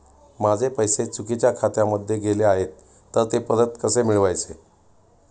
माझे पैसे चुकीच्या खात्यामध्ये गेले आहेत तर ते परत कसे मिळवायचे?